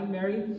Mary